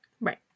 Right